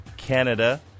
Canada